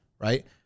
right